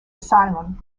asylum